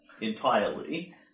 entirely